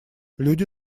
люди